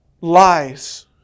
lies